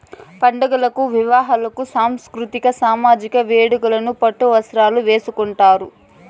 పండుగలకు వివాహాలకు సాంస్కృతిక సామజిక వేడుకలకు పట్టు వస్త్రాలు వేసుకుంటారు